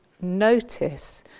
notice